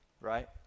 Right